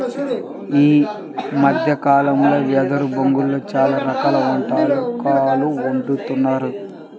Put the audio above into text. ఈ మద్దె కాలంలో వెదురు బొంగులో చాలా రకాల వంటకాలు వండుతున్నారు